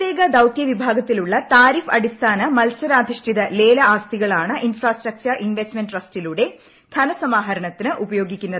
പ്രത്യേക ദൌത്യ വിഭാഗത്തിലുള്ള താ്രീഫ്പ് അടിസ്ഥാന മത്സരാധിഷ്ഠിത ലേല ആസ്തികളാണ് ഇൻഫാസ്ട്രിക്ചർ ഇൻവെസ്റ്റ്മെന്റ് ട്രസ്റ്റിലൂടെ ധനസമാഹരണത്തിന് ഉപയോഗ്പിക്കുന്നത്